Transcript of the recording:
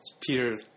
Peter